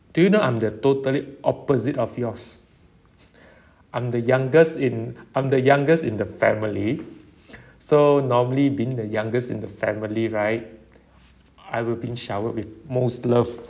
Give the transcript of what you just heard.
do you know I'm the totally opposite of yours I'm youngest in I'm the youngest in the family so normally being the youngest in the family right I was being showered with most love